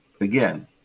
again